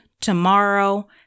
tomorrow